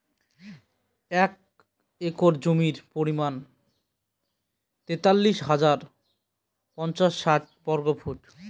এক একর জমির পরিমাণ তেতাল্লিশ হাজার পাঁচশ ষাট বর্গফুট